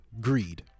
greed